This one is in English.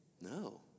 No